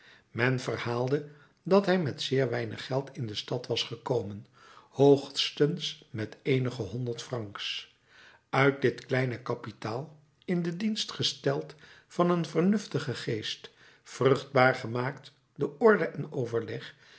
men verhaalde dat hij met zeer weinig geld in de stad was gekomen hoogstens met eenige honderd francs uit dit kleine kapitaal in den dienst gesteld van een vernuftigen geest vruchtbaar gemaakt door orde en overleg